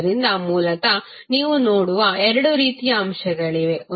ಆದ್ದರಿಂದ ಮೂಲತಃ ನೀವು ನೋಡುವ ಎರಡು ರೀತಿಯ ಅಂಶಗಳಿವೆ